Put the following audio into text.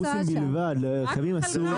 זה לאוטובוסים בלבד, לרכבים אסור.